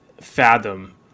fathom